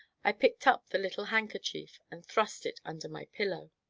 i picked up the little handkerchief and thrust it under my pillow.